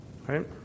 Right